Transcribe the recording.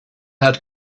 had